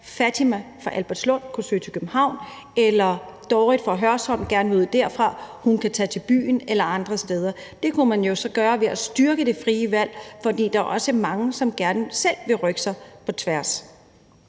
Fatima fra Albertslund kunne søge til København, eller at Dorit fra Hørsholm, der gerne vil ud derfra, kan tage til byen eller andre steder. Det kunne man jo så gøre ved at styrke det frie valg, fordi der også er mange, som gerne selv vil rykke sig på tværs.